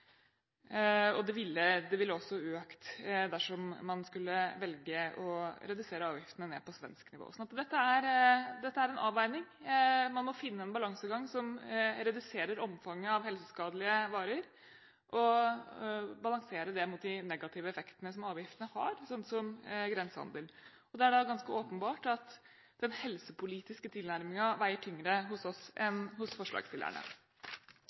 og det ville økt dersom man skulle velge å redusere avgiftene ned til svensk nivå. Så dette er en avveining. Man må finne en balansegang som reduserer omfanget av helseskadelige varer, og balansere det mot de negative effektene som avgiftene har, sånn som grensehandel. Det er ganske åpenbart at den helsepolitiske tilnærmingen veier tyngre hos oss enn hos forslagsstillerne.